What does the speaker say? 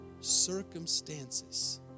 circumstances